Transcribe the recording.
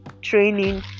training